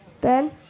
Ben